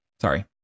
Sorry